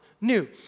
new